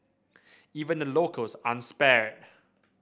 even the locals aren't spared